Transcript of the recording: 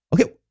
Okay